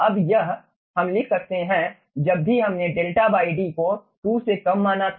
अब यह हम लिख सकते हैं जब भी हमने 𝛿 d को 2 से कम माना था